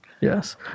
Yes